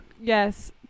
Yes